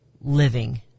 Living